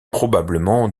probablement